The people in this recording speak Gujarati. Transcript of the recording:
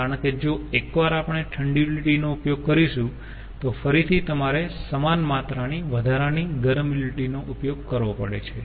કારણ કે જો એકવાર આપણે ઠંડી યુટીલીટી નો ઉપયોગ કરીશું તો ફરીથી તમારે સમાન માત્રાની વધારાની ગરમ યુટીલીટી નો ઉપયોગ કરવો પડે છે